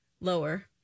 Lower